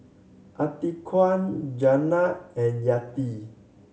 Atiqah Jenab and Yati